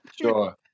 Sure